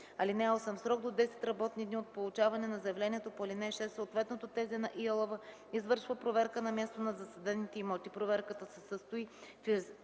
(8) В срок до 10 работни дни от получаване на заявлението по ал. 6 съответното ТЗ на ИАЛВ извършва проверка на място на засадените имоти. Проверката се състои в